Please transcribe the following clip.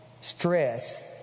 stress